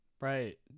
Right